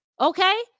Okay